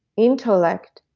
intellect,